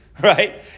right